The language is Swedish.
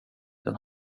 den